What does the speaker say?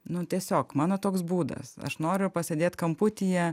nu tiesiog mano toks būdas aš noriu pasėdėt kamputyje